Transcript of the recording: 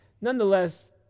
Nonetheless